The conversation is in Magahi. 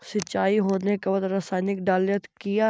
सीचाई हो बे के बाद रसायनिक डालयत किया?